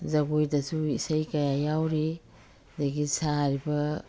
ꯖꯒꯣꯏꯗꯁꯨ ꯏꯁꯩ ꯀꯌꯥ ꯌꯥꯎꯔꯤ ꯑꯗꯒꯤ ꯁꯥꯔꯤꯕ